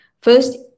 First